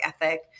ethic